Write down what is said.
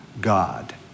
God